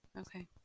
Okay